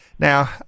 Now